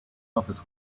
office